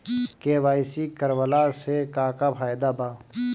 KYC करवला से का का फायदा बा?